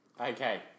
Okay